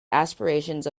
aspirations